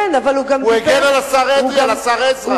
הוא הגן על השר אדרי, על השר עזרא.